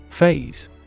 Phase